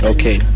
Okay